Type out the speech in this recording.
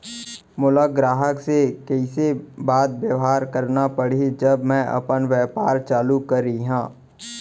मोला ग्राहक से कइसे बात बेवहार करना पड़ही जब मैं अपन व्यापार चालू करिहा?